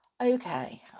Okay